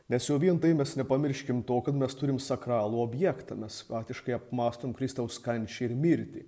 nes jau vien tai mes nepamirškim to kad mes turim sakralų objektą mes praktiškai apmąstom kristaus kančią ir mirtį